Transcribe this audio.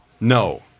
No